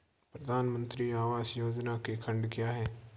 प्रधानमंत्री आवास योजना के खंड क्या हैं?